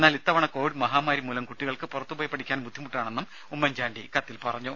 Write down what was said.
എന്നാൽ ഇത്തവണ കോവിഡ് മഹാമാരിമൂലം കുട്ടികൾക്ക് പുറത്തുപോയി പഠിക്കാൻ ബുദ്ധിമുട്ടാണെന്നും ഉമ്മൻചാണ്ടി കത്തിൽ പറഞ്ഞു